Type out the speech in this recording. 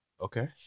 Okay